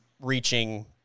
reaching